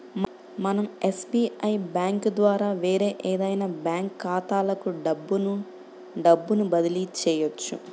మనం SBI bank ద్వారా వేరే ఏదైనా బ్యాంక్ ఖాతాలకు డబ్బును డబ్బును బదిలీ చెయ్యొచ్చు